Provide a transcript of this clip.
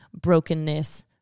brokenness